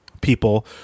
people